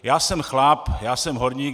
Já jsem chlap, já jsem horník.